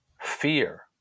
fear